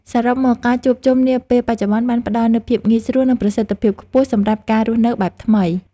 សរុបមក ការជួបជុំនាពេលបច្ចុប្បន្នបានផ្ដល់នូវភាពងាយស្រួល និងប្រសិទ្ធភាពខ្ពស់សម្រាប់ការរស់នៅបែបថ្មី។